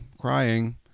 crying